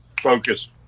focus